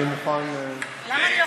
אני מוכן, למה אני לא יכולה לעלות?